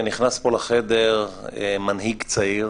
נכנס פה לחדר מנהיג צעיר